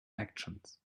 actions